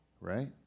right